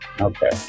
Okay